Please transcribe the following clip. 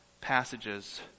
passages